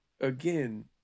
again